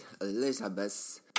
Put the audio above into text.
Elizabeth